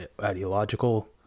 ideological